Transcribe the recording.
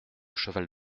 cheval